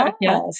yes